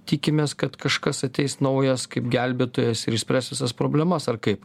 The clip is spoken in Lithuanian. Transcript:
tikimės kad kažkas ateis naujas kaip gelbėtojas ir išspręs visas problemas ar kaip